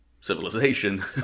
civilization